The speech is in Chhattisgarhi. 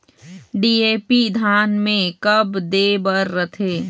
डी.ए.पी धान मे कब दे बर रथे?